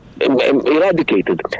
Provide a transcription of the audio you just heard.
eradicated